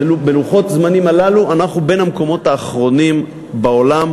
בלוחות הזמנים הללו אנחנו בין המקומות האחרונים בעולם,